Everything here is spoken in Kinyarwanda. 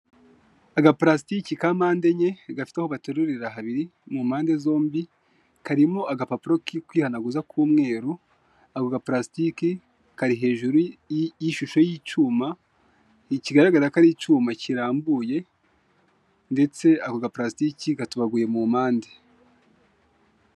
AgapalasItike ka mpande enye gafite aho baterurira habiri ku mpande zombi, karimo agapapuro ko kwihanaguza k'umweru, ako ga palasitike kari hejuru y'ishusho y'icyuma, kigaragara ko ari icyuma kirambuye ndetse ako gapalasitike gatobaguye mu mpande.